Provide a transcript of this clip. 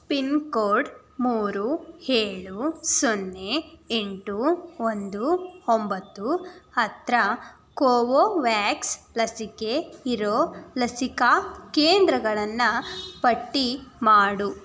pin code ಮೂರು ಏಳು ಸೊನ್ನೆ ಎಂಟು ಒಂದು ಒಂಬತ್ತು ಹತ್ತಿರ ಕೋವೋವ್ಯಾಕ್ಸ್ ಲಸಿಕೆ ಇರೋ ಲಸಿಕಾ ಕೇಂದ್ರಗಳನ್ನು ಪಟ್ಟಿ ಮಾಡು